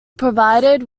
provided